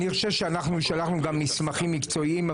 אני חושב שאנחנו שלחנו גם מסמכים מקצועיים,